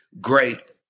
great